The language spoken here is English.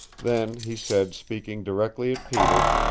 then he said, speaking directly at peter,